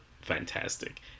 fantastic